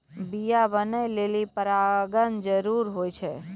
बीया बनै लेलि परागण जरूरी होय छै